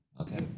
Okay